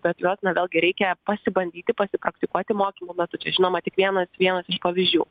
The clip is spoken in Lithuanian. bet juos na vėlgi reikia pasibandyti pasipraktikuoti mokymų metu žinoma tik vienas vienas pavyzdžių